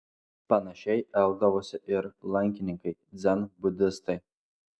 panašiai elgdavosi ir lankininkai dzenbudistai